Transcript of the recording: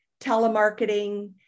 telemarketing